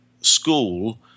school